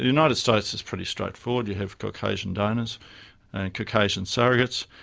united states is pretty straightforward you have caucasian donors and caucasian surrogates,